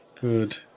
Good